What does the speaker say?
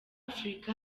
africa